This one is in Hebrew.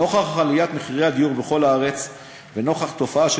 נוכח עליית מחירי הדיור בכל הארץ ונוכח תופעה של